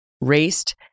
raced